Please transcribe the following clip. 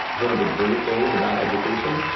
one of the great things about education,